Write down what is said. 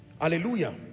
Hallelujah